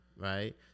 Right